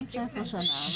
אני 19 שנה.